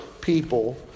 people